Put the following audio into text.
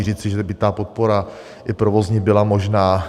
Říci, že by ta podpora, i provozní, byla možná.